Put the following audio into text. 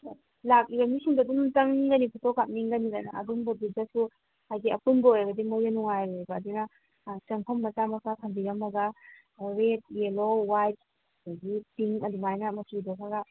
ꯂꯥꯛꯏꯕ ꯃꯤꯁꯤꯡꯗ ꯑꯗꯨꯝ ꯆꯪꯒꯅꯤ ꯐꯣꯇꯣ ꯀꯥꯛꯅꯤꯡꯒꯅꯤꯗꯅ ꯑꯗꯨꯝꯕꯗꯨꯗꯁꯨ ꯍꯥꯏꯗꯤ ꯑꯄꯨꯟꯕ ꯑꯣꯏꯔꯒꯗꯤ ꯃꯣꯏꯗ ꯅꯨꯡꯉꯥꯏꯔꯣꯏꯕ ꯑꯗꯨꯅ ꯑꯥ ꯆꯪꯐꯝ ꯃꯆꯥ ꯃꯆꯥ ꯊꯝꯕꯤꯔꯝꯃꯒ ꯔꯦꯗ ꯌꯦꯜꯂꯣ ꯋꯥꯏꯠ ꯑꯗꯒꯤ ꯄꯤꯡ ꯑꯗꯨꯃꯥꯏꯅ ꯃꯆꯨꯗꯣ ꯑꯃꯒ